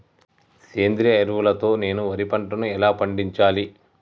సేంద్రీయ ఎరువుల తో నేను వరి పంటను ఎలా పండించాలి?